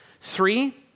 Three